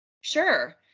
Sure